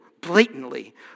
blatantly